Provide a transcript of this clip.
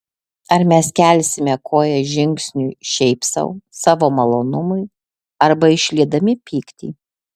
ar mes kelsime koją žingsniui šiaip sau savo malonumui arba išliedami pyktį